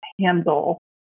handle